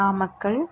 Namakkal